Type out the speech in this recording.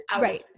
Right